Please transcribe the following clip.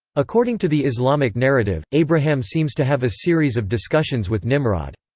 according to the islamic narrative, abraham seems to have a series of discussions with nimrod.